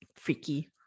Freaky